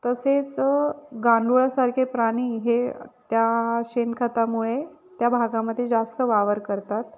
तसेच गांडुळासारखे प्राणी हे त्या शेणखतामुळे त्या भागामध्ये जास्त वावर करतात